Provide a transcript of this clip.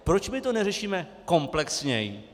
Proč to neřešíme komplexněji?